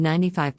95%